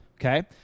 Okay